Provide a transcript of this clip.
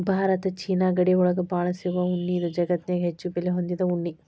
Bharat China ಗಡಿ ಒಳಗ ಬಾಳ ಸಿಗು ಉಣ್ಣಿ ಇದು ಜಗತ್ತನ್ಯಾಗ ಹೆಚ್ಚು ಬೆಲೆ ಹೊಂದಿದ ಉಣ್ಣಿ